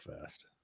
fast